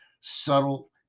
subtle